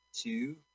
two